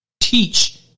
teach